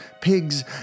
pigs